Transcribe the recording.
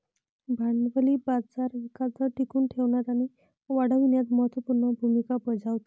भांडवली बाजार विकास दर टिकवून ठेवण्यात आणि वाढविण्यात महत्त्व पूर्ण भूमिका बजावतात